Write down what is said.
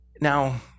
Now